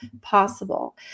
possible